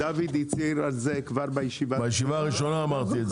דוד הצהיר על זה כבר בישיבה הראשונה של הוועדה,